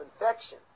infection